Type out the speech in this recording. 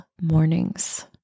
mornings